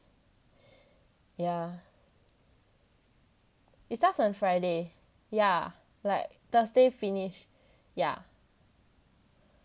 yeah it starts on friday yeah yeah like thursday finish yeah